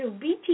BT